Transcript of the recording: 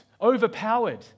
overpowered